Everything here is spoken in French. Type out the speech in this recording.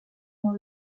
dans